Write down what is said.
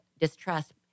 distrust